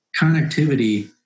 connectivity